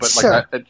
sure